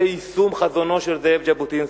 זה יישום חזונו של זאב ז'בוטינסקי.